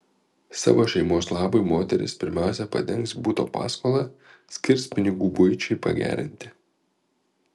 savo šeimos labui moteris pirmiausia padengs buto paskolą skirs pinigų buičiai pagerinti